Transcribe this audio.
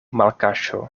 malkaŝo